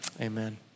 Amen